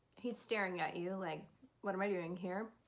he's staring at you like what am i doing here?